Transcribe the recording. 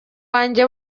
wanjye